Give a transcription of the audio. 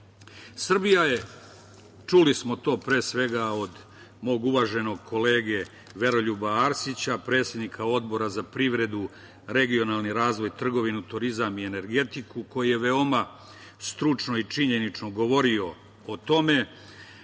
je, čuli smo to pre svega od mog uvaženog kolege Veroljuba Arsića, predsednika Odbora za privredu, regionalni razvoj, trgovinu, turizam i energetiku, koji je veoma stručno i činjenično govorio o tome.